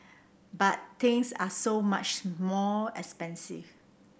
but things are so much more expensive